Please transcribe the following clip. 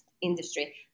Industry